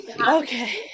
Okay